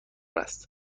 است